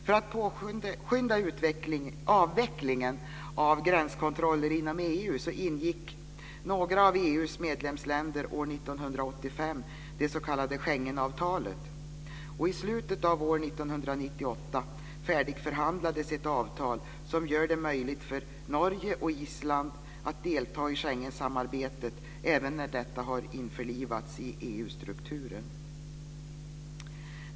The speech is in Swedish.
För att påskynda avvecklingen av gränskontroller inom EU ingick några av EU:s medlemsländer färdigförhandlades ett avtal som gör det möjligt för Norge och Island att delta i Schengensamarbetet även när detta har införlivats i EU-strukturen.